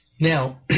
Now